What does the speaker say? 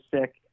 sick